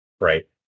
right